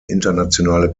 internationale